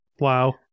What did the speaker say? Wow